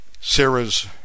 Sarah's